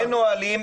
אין נהלים.